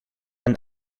een